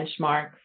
benchmarks